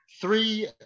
three